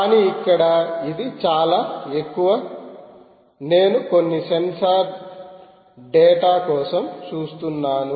కానీ ఇక్కడ ఇది చాలా ఎక్కువ నేను కొన్ని సెన్సార్ డేటా కోసం చూస్తున్నాను